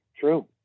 true